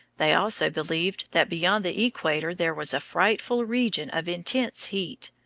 they also believed that beyond the equator there was a frightful region of intense heat,